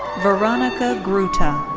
veronica gruta.